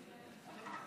אני, אורלי לוי אבקסיס,